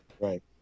Right